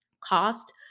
cost